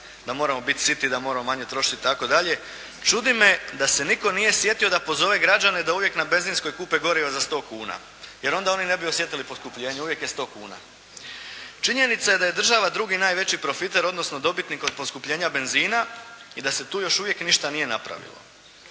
da moramo biti siti, da moramo manje trošiti i tako dalje čudi me da se nitko nije sjetio da pozove građane da uvijek na benzinskoj kupe goriva za sto kuna jer onda oni ne bi osjetili poskupljenje. Uvijek je sto kuna. Činjenica je da je država drugi najveći profiter odnosno dobitnik od poskupljenja benzina i da se tu još uvijek ništa nije napravilo.